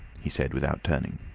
he said without turning.